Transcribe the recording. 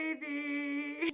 baby